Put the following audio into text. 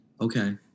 Okay